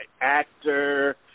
actor